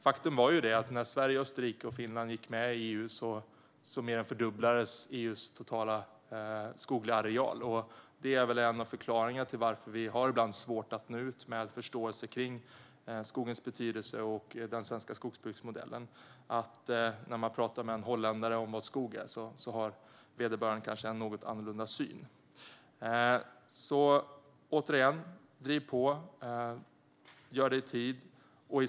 Faktum är ju att när Sverige, Österrike och Finland gick med i EU mer än fördubblades EU:s totala skogsareal. Det är väl en av förklaringarna till att vi ibland har svårt att nå ut med förståelse för skogens betydelse och den svenska skogsbruksmodellen. När man talar med en holländare om vad skog är har vederbörande kanske en något annorlunda syn. Återigen: Driv på, och gör det i tid!